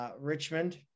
Richmond